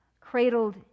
cradled